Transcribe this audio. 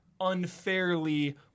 unfairly